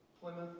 Plymouth